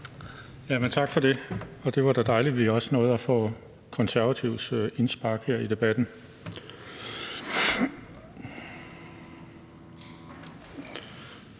Tak for det, og det var da dejligt, at vi også nåede at få Konservatives indspark her i debatten.